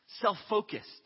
Self-focused